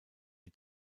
die